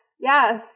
Yes